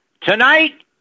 Tonight